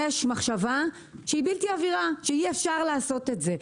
יש מחשבה שהיא בלתי עבירה, שאי אפשר לעשות את זה.